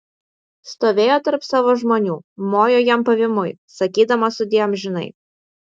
stovėjo tarp savo žmonių mojo jam pavymui sakydama sudie amžinai